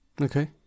Okay